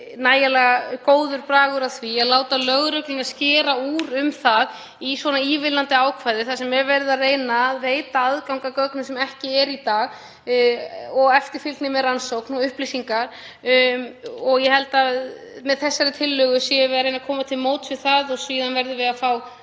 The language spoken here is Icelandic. nægjanlega góður bragur á því að láta lögreglu skera úr um það í svona ívilnandi ákvæði þar sem verið er að reyna að veita aðgang að gögnum sem ekki er í dag og eftirfylgni með rannsókn. Ég held að með þessari tillögu séum við að reyna að koma til móts við það og síðan verðum við að fá